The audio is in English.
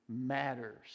matters